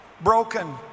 broken